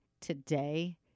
today